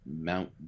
Mount